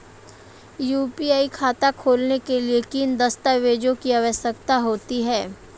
UPI खाता खोलने के लिए किन दस्तावेज़ों की आवश्यकता होती है?